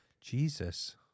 Jesus